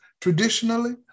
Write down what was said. traditionally